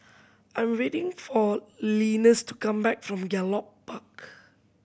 I am waiting for Linus to come back from Gallop Park